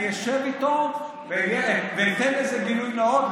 אני אשב איתו ואתן לזה גילוי נאות,